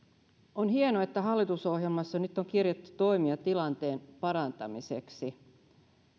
on hienoa että hallitusohjelmassa nyt on kirjattu toimia tilanteen parantamiseksi